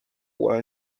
were